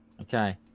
Okay